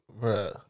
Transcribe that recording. bro